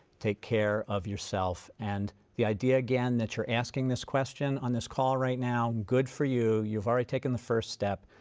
take care of yourself and the idea again that you're asking this question on this call right now good for you. you've already taken the first step.